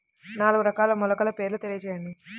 నాలుగు రకాల మొలకల పేర్లు తెలియజేయండి?